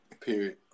Period